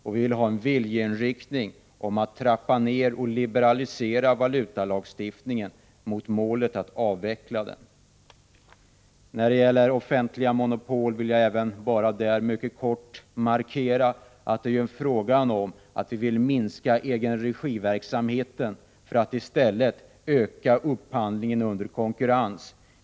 Vi vill ha en viljeinriktning för nedtrappning och liberalisering av valutalagstiftningen. Målet är en avveckling. Beträffande offentliga monopol vill jag i korthet markera att vi önskar minska egenregiverksamheten för att i stället öka upphandlingen under konkurrens.